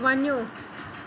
वञो